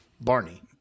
Barney